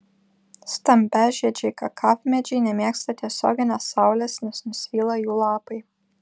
stambiažiedžiai kakavmedžiai nemėgsta tiesioginės saulės nes nusvyla jų lapai